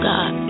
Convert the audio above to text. God